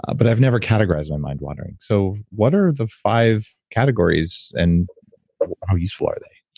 but i've never categorized my mind-wandering. so what are the five categories and how useful are they?